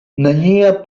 nenia